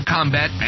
Combat